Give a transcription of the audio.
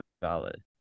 valid